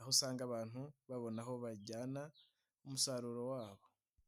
aho usanga abantu babona aho bajyana umusaruro wabo.